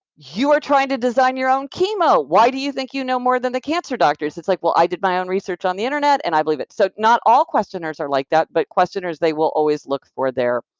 you are trying to design your own chemo. why do you think you know more than the cancer doctors? it's like, i did my own research on the internet, and i believe it, so not all questioners are like that, but, questioners, they will always look for their.